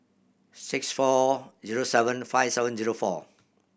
six four zero seven five seven zero four